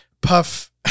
puff